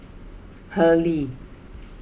Hurley